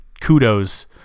kudos